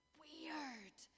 weird